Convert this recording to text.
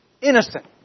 innocent